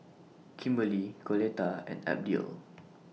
Kimberly Coletta and Abdiel